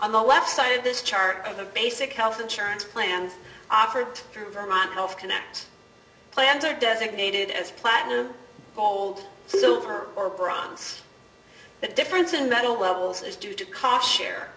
on the left side of this chart of the basic health insurance plans offered through vermont health connect plans are designated as platinum gold silver or bronze the difference in the levels is due to cost share